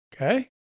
Okay